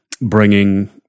bringing